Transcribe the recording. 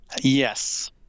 Yes